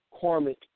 karmic